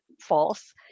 false